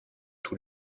tout